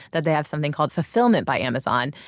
that they have something called fulfillment by amazon.